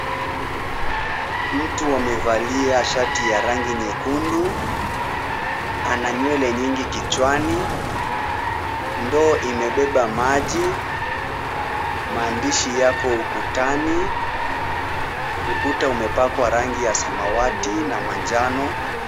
Mtu amevalia shati ya rangi nyekundu. Ana nywele nyingi kichwani. Ndoo imebeba maji. Maandishi yako ukutani. Ukuta umepakwa rangi ya samawati na manjano.